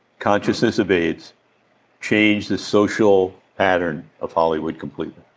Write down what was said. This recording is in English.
consciousness of aids changed the social pattern of hollywood completely.